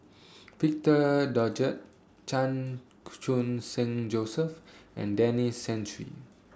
Victor Doggett Chan Khun Sing Joseph and Denis Santry